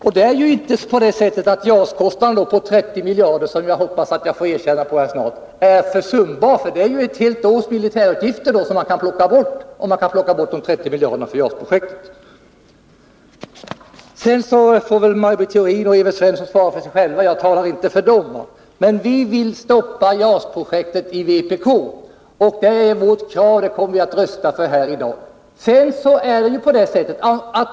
Och JAS-kostnaden på 30 miljarder — som jag hoppas att få ett erkännande om snart — är inte försumbar, därför att det är helt års militärutgifter som kan plockas bort om man inte genomför JAS-projektet. Maj Britt Theorin och Evert Svensson får svara för sig själva, jag talar inte för dem. Men vi i vpk vill stoppa JAS-projektet. Det är vårt krav, och det kommer vi att rösta för i dag.